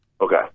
Okay